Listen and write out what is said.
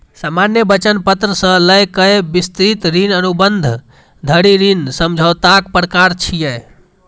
सामान्य वचन पत्र सं लए कए विस्तृत ऋण अनुबंध धरि ऋण समझौताक प्रकार छियै